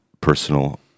personal